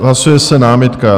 Hlasuje se námitka.